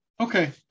Okay